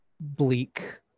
bleak